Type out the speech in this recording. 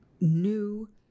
new